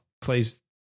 plays